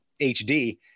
hd